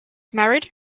married